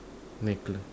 necklace